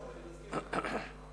הוא בליכוד, אני מזכיר לך.